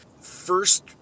first